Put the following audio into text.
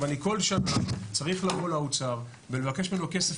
ואני כל שנה צריך לבוא לאוצר ולבקש ממנו כסף